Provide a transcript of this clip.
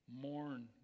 mourn